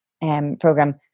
Program